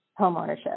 homeownership